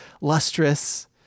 lustrous